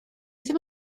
ddim